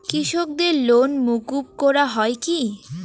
কৃষকদের লোন মুকুব করা হয় কি?